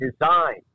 designed